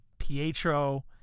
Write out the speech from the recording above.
Pietro